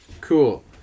Cool